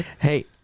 Hey